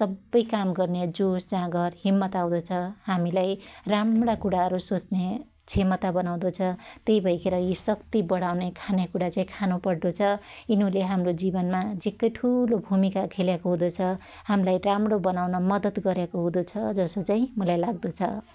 सब्बै काम गर्न्या जोश जागर हिम्मत आउदो छ । हामीलाई राम्णा कुणाहरु सोच्न्या क्षेमता बनाउदो छ । त्यई भैखेर यि शक्त्ति बढाउन्या खान्या कुणा चाहि खानु पड्डो छ । यिनुले हाम्रो जीवनमा झिक्कै ठुलो भुमिका खेल्याको हुदो छ । हाम्लाई राम्णो बनाउन मदत गर्याको हुदो छ जसो चाहि मुलाई लाग्दो छ ।